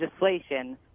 legislation